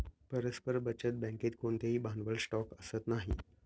परस्पर बचत बँकेत कोणतेही भांडवल स्टॉक असत नाही